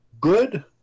good